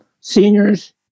seniors